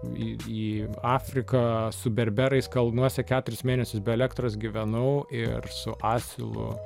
į į afriką su berberais kalnuose keturis mėnesius be elektros gyvenau ir su asilu